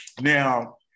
now